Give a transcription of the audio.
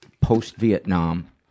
post-Vietnam